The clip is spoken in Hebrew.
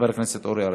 חבר הכנסת אורי אריאל.